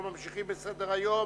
אנחנו ממשיכים בסדר-היום.